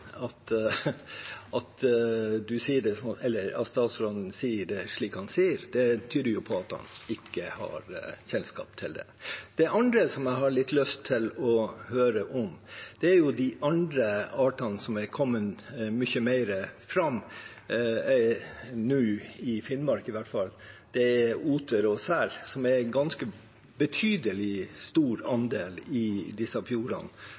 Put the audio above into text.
statsråden sier det slik han sier det. Det tyder jo på at han ikke har kjennskap til det. Det andre som jeg har litt lyst til å høre om, er de andre artene som er kommet mye mer fram nå, i Finnmark i hvert fall. Det er oter og sel, som er en ganske betydelig stor andel i disse fjordene,